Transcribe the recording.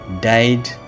died